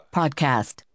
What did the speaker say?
podcast